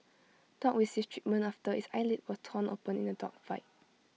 dog receives treatment after its eyelid was torn open in A dog fight